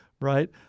right